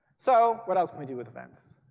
so what else can we do with events?